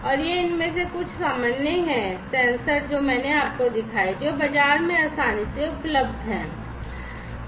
और ये इनमें से कुछ सामान्य हैं सेंसर जो मैंने आपको दिखाए हैं जो बाजार में आसानी से उपलब्ध हैं